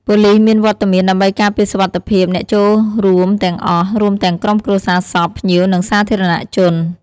ប៉ូលីសមានវត្តមានដើម្បីការពារសុវត្ថិភាពអ្នកចូលរួមទាំងអស់ រួមទាំងក្រុមគ្រួសារសព ភ្ញៀវ និងសាធារណជន។